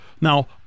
Now